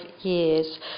years